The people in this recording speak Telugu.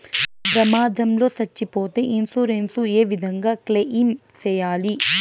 ప్రమాదం లో సచ్చిపోతే ఇన్సూరెన్సు ఏ విధంగా క్లెయిమ్ సేయాలి?